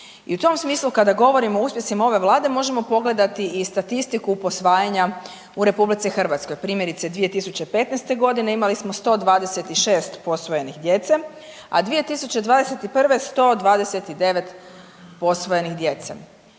I u tom smislu kada govorimo o uspjesima ove vlade možemo pogledati i statistiku posvajanja u RH. Primjerice 2015.g. imali smo 126 posvojenih djece, a 2021. 129 posvojenih djece.